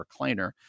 recliner